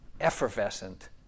effervescent